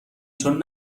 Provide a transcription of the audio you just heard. چون